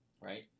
right